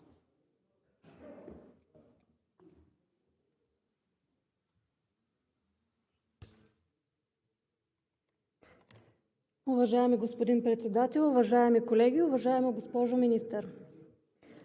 Уважаеми господин Председател, уважаеми колеги! Уважаема госпожо Министър,